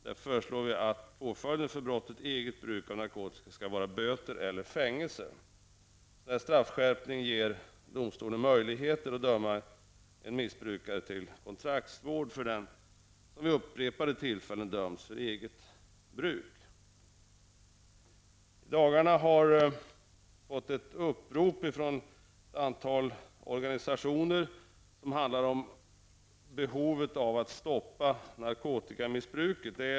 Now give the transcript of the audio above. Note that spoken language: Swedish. Jag föreslår att påföljden för brottet eget bruk av narkotika skall vara böter eller fängelse. Straffskärpningen ger domstolen möjligheter att döma den missbrukare som vid upprepade tillfällen har dömts för eget bruk till kontraktsvård. I dagarna har vi fått ett upprop från ett antal organisationer som handlar om behovet av att stoppa narkotikamissbruket.